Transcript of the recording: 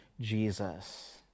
Jesus